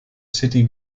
city